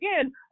again